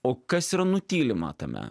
o kas yra nutylima tame